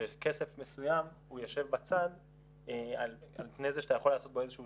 שכסף מסוים ישב בצד על פני זה שאתה יכול לעשות בו איזשהו